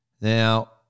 Now